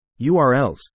URLs